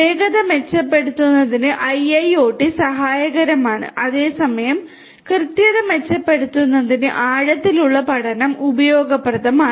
വേഗത മെച്ചപ്പെടുത്തുന്നതിന് IIoT സഹായകരമാണ് അതേസമയം കൃത്യത മെച്ചപ്പെടുത്തുന്നതിന് ആഴത്തിലുള്ള പഠനം ഉപയോഗപ്രദമാണ്